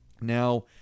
Now